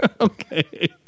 Okay